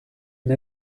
une